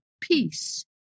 peace